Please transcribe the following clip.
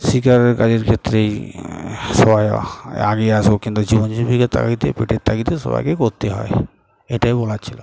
শিকারের কাজের ক্ষেত্রেই সবাই আগে আসো কিন্তু জীবন জীবিককে তাগিদে পেটের তগিতে সবাইকে করতে হয় এটাই বলার ছিল